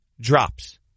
drops